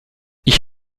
ich